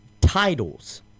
titles